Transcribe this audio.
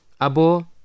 Abo